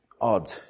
odd